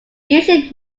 usually